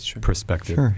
perspective